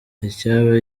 ikaba